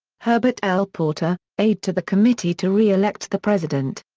herbert l. porter, aide to the committee to re-elect the president.